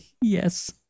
Yes